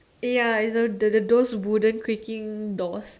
ya it's the the those wooden creaking doors